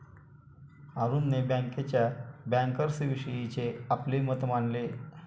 अरुणने बँकेच्या बँकर्सविषयीचे आपले मत मांडले